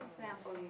example